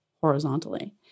horizontally